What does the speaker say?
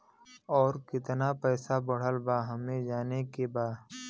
और कितना पैसा बढ़ल बा हमे जाने के बा?